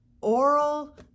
oral